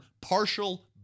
partial